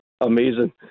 amazing